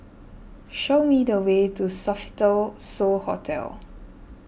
show me the way to Sofitel So Hotel